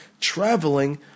traveling